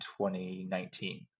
2019